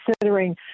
considering